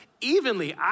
evenly